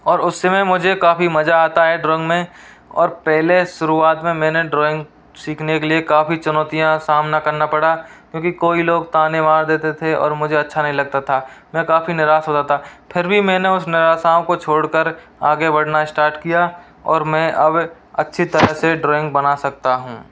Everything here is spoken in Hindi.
और उसमे मुझे काफ़ी मजा आता है ड्राॅइंग में और पहले शुरुआत में मैंने ड्राॅइंग सीखने के लिए काफी चुनौतियाँ सामना करना पड़ा क्योंकि कोई लोग ताने मार देते थे और मुझे अच्छा नहीं लगता था मैं काफ़ी निराश होता था फिर भी मैंने उस निराशाओं को छोड़ कर आगे बढ़ाना स्टार्ट किया और मैं अब अच्छी तरह से ड्राॅइंग बना सकता हूँ